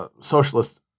socialist